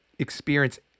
Experience